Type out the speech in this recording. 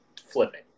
Flipping